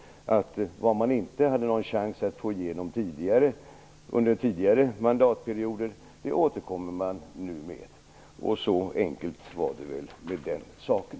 Vad man inte hade någon chans att få igenom under tidigare mandatperioder återkommer man nu med. Så enkelt var det med den saken.